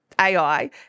AI